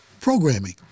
programming